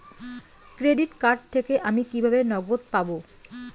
Credit card থেকে আমি কিভাবে নগদ পাব?